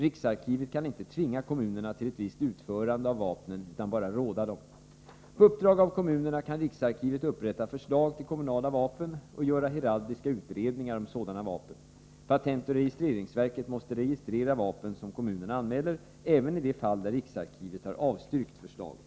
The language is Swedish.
Riksarkivet kan inte tvinga kommunerna till ett visst utförande av vapnen, utan bara råda dem. På uppdrag av kommunerna kan riksarkivet upprätta förslag till kommunala vapen och göra heraldiska utredningar om sådana vapen. Patentoch registreringsverket måste registrera vapen som kommunerna anmäler, även i de fall där riksarkivet har avstyrkt förslaget.